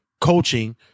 coaching